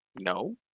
No